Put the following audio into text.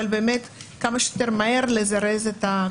אבל באמת כמה שיותר מהר לזרז את העבודה.